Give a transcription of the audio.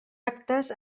actes